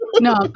No